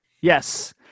yes